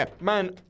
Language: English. man